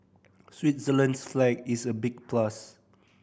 Switzerland's flag is a big plus